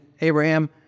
Abraham